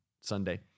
Sunday